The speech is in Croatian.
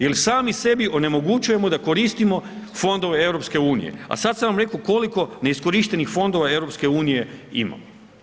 Jer sami sebi onemogućujemo da koristimo fondove EU, a sad sam vam rekao koliko neiskorištenih fondove EU imamo.